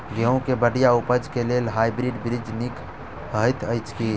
गेंहूँ केँ बढ़िया उपज केँ लेल हाइब्रिड बीज नीक हएत अछि की?